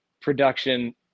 production